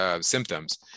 symptoms